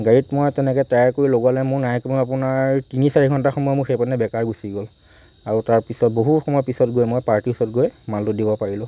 গাড়ীত মই তেনেকৈ টায়াৰটো লগোৱালৈ নাই কমেও আপোনাৰ তিনি চাৰি ঘণ্টা সময় মোৰ সেইফালে বেকাৰ গুছি গ'ল আৰু তাৰপিছত বহুত সময়ৰ পিছত গৈ মই পাৰ্টীৰ ওচৰত গৈ মালটো দিব পাৰিলোঁ